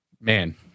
Man